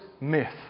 myth